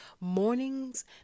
Mornings